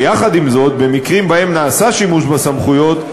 ועם זאת, במקרים שבהם נעשה שימוש בסמכויות,